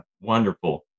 wonderful